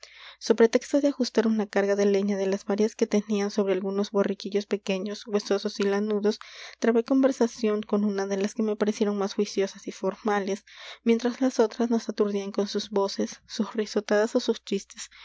so pretexto de ajustar una carga de leña de las varias que tenían sobre algunos borriquillos pequeños huesosos y lanudos trabé conversación con una de las que me parecieron más juiciosas y formales mientras las otras nos aturdían con sus voces sus risotadas ó sus chistes